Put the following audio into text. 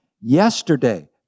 yesterday